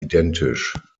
identisch